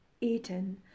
eaten